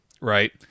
Right